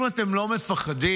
אם אתם לא מפחדים,